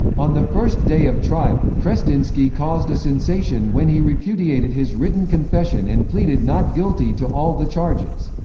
on the first day of trial, krestinsky caused a sensation when he repudiated his written confession and pleaded not guilty to all the charges.